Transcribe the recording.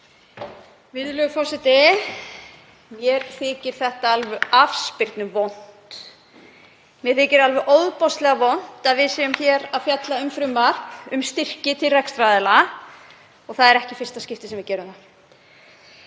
Virðulegur forseti. Mér þykir þetta alveg afspyrnuvont. Mér þykir alveg ofboðslega vont að við séum hér að fjalla um frumvarp um styrki til rekstraraðila og það er ekki í fyrsta skiptið sem við gerum það.